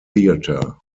theatre